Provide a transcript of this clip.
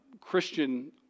Christian